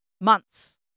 months